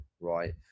right